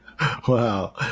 Wow